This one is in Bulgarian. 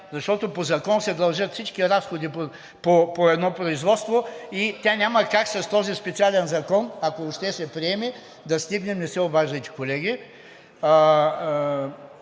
Защото по закон се дължат всички разходи по едно производство и тя няма как с този специален закон, ако въобще се приеме, да стигнем... (Реплики